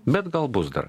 bet gal bus dar